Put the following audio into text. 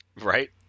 Right